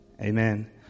Amen